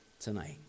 tonight